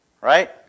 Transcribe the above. Right